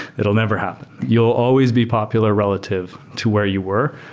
it'll never happen. you'll always be popular relative to where you were,